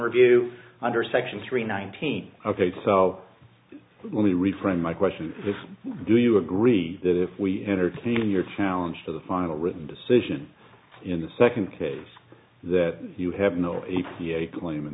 review under section three nineteen ok so let me rephrase my question do you agree that if we entertain your challenge to the final written decision in the second case that you have no e p a claim in